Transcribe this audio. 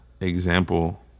example